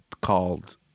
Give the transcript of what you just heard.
called